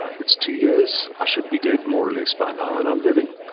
it's two years, i should be dead more or less by now and i'm living.